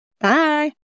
bye